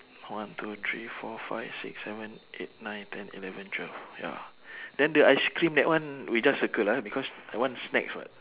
one two three four five six seven eight nine ten eleven twelve ya then the ice cream that one we just circle ah because that one snacks [what]